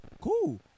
Cool